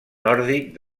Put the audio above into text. nòrdic